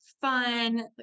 fun